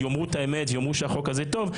יגידו שהחוק הזה טוב,